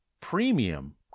premium